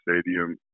Stadium